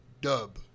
Dub